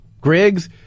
Griggs